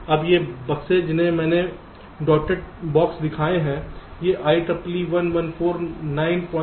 अब ये बक्से जिन्हें मैंने डॉटेड बक्से दिखाए हैं ये IEEE 11491 रैपर हैं